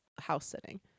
house-sitting